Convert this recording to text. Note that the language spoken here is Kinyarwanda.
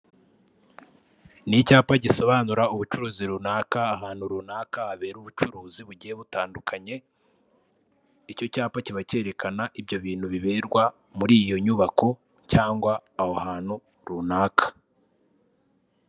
Ni icyapa gisobanura ubucuruzi runaka ahantu runaka habera ubucuruzi bugiye butandukanye, icyo cyapa kiba kerekana ibyo bintu biberwa muri iyo nyubako cyangwa aho ahantu runaka.